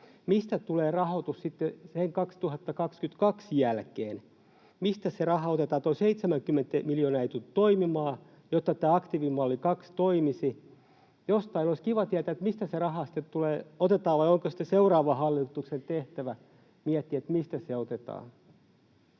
Mistä tulee rahoitus sitten vuoden 2022 jälkeen? Mistä se raha otetaan? Tuo 70 miljoonaa euroa ei tule toimimaan, jotta tämä aktiivimalli 2 toimisi. Jostain olisi kiva tietää, mistä se raha sitten tulee tai otetaan vai onko se sitten seuraavan hallituksen tehtävä miettiä, mistä se otetaan.